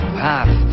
path